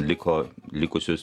liko likusius